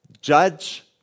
Judge